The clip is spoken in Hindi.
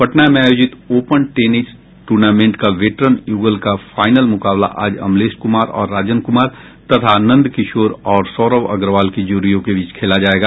पटना में आयोजित ओपन टेनिस ट्र्नामेंट का वेटरन युगल का फाइनल मुकाबला आज अमलेश कुमार और राजन कुमार तथा नंदकिशोर और सौरव अग्रवाल के जोड़ियों के बीच खेला जायेगा